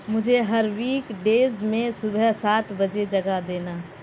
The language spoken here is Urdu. مجھے ہر ویک ڈیز میں صبح سات بجے جگا دینا